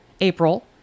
April